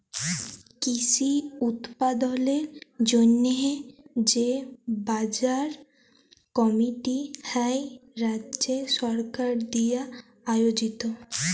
কৃষি উৎপাদলের জন্হে যে বাজার কমিটি হ্যয় রাজ্য সরকার দিয়া আয়জিত